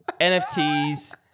NFTs